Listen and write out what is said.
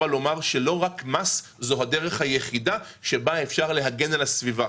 מס הוא לא הדרך היחידה לעשות זאת.